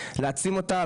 להעצים אותה,